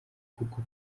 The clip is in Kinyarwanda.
kuko